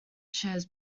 shares